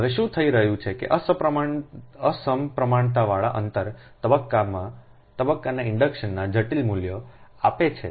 હવે શું થઈ રહ્યું છે કે અસમપ્રમાણતાવાળા અંતર તબક્કાના ઇન્ડક્શનના જટિલ મૂલ્યો આપે છે